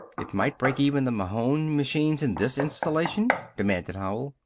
it might break even the mahon machines in this installation? demanded howell.